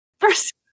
First